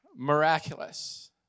Miraculous